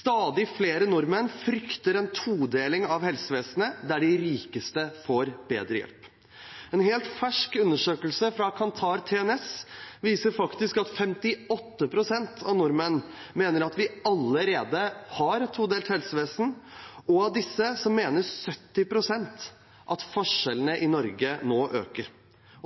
Stadig flere nordmenn frykter en todeling av helsevesenet, der de rikeste får bedre hjelp. En helt fersk undersøkelse fra Kantar TNS viser at 58 pst. av nordmenn mener at vi allerede har et todelt helsevesen. Av disse mener 70 pst. at forskjellene i Norge nå øker,